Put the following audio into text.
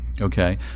Okay